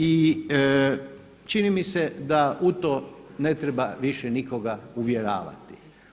I čini mi se da u to ne treba više nikoga uvjeravati.